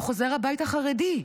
והוא חוזר הביתה חרדי.